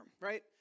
Right